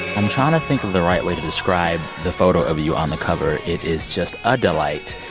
i'm trying to think of the right way to describe the photo of you on the cover. it is just a delight.